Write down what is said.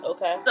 Okay